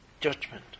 judgment